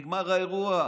נגמר האירוע.